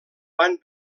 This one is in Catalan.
van